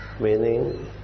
meaning